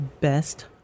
best